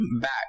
back